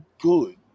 good